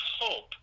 hope